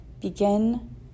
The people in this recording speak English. Begin